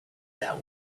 that